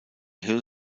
hill